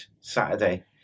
Saturday